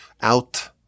out